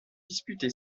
disputé